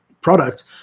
product